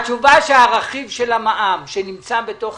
התשובה שהרכיב של המע"מ שנמצא בתוך